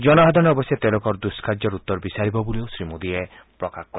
জনসাধাৰণে অৱশ্যে তেওঁলোকৰ দুষ্ণাৰ্যৰ উত্তৰ বিচাৰিব বুলিও শ্ৰী মোদীয়ে প্ৰকাশ কৰে